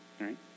Right